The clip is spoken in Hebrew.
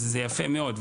זה יפה מאוד,